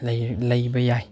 ꯂꯩꯕ ꯌꯥꯏ